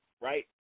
right